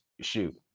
shoot